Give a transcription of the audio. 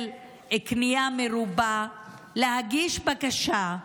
להגיש בקשה.